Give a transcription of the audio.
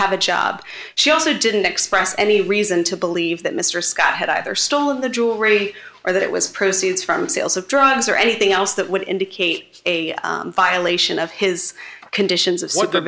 have a job she also didn't express any reason to believe that mr scott had either stolen the jewelry or that it was proceeds from sales of drugs or anything else that would indicate a violation of his conditions of what the